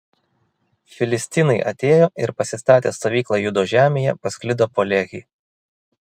filistinai atėjo ir pasistatę stovyklą judo žemėje pasklido po lehį